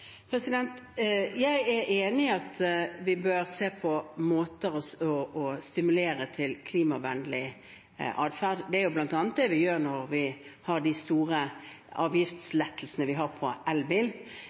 Jeg er enig i at vi bør se på måter å stimulere til klimavennlig atferd på. Det er bl.a. det vi gjør når vi har de store